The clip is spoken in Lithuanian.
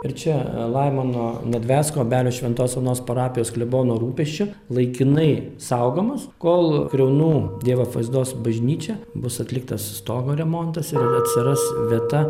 ir čia laimono nedvecko obelių šventos onos parapijos klebono rūpesčiu laikinai saugomas kol kriaunų dievo apvaizdos bažnyčia bus atliktas stogo remontas ir atsiras vieta